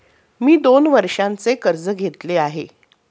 मी दोन वर्षांचे कर्ज घेतले आहे